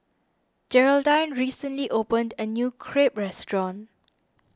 Gearldine recently opened a new Crepe restaurant